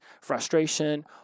frustration